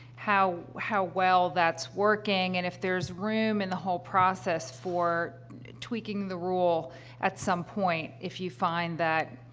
how how well that's working and if there's room in the whole process for tweaking the rule at some point if you find that,